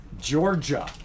Georgia